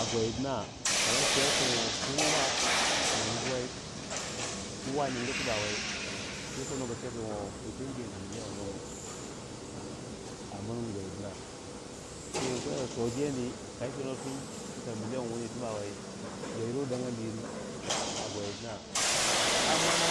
A gwai dina ka nuwa chewei kin o kowa a nyingu wei kowa nyingu tibak wei saiko nwo ba chekin yi ten jeendi million wuni a mirgu gwai dina so to jeendi ka yi teno chika ‎million wini tibak wei yayiri wei dangandi yiri a gwai dina ammana